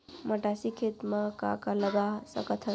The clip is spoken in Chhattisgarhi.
मटासी खेत म का का लगा सकथन?